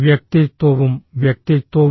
വ്യക്തിത്വവും വ്യക്തിത്വവും